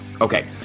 Okay